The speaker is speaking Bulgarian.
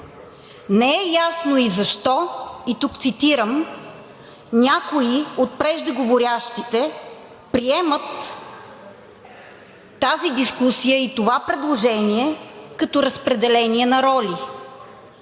Не е ясно и защо, тук цитирам някои от преждеговорившите, приемат тази дискусия и това предложение като разпределение на роли.